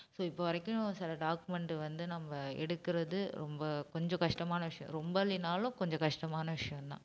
so இப்போ வரைக்கும் சில டாக்குமெண்ட் வந்து நம்ம எடுக்குறது ரொம்ப கொஞ்சம் கஷ்டமான விஷயோம் ரொம்ப இல்லைனாலும் கொஞ்சம் கஷ்டமான விஷயோம் தான்